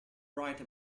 write